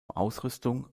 ausrüstung